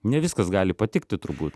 ne viskas gali patikti turbūt